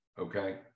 okay